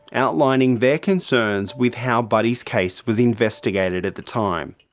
outlining their concerns with how buddy's case was investigated at the time.